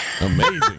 amazing